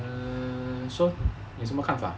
err so 有什么看法